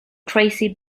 tracy